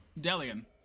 Delian